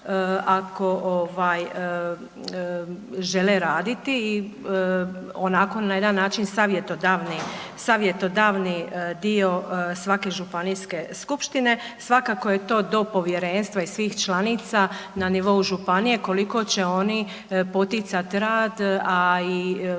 ovaj žele raditi onako na jedan način savjetodavni dio svake županijske skupštine. Svakako je to do povjerenstva i svih članica na nivou županije koliko će oni poticati rad, a i